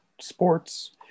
sports